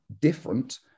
different